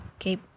Okay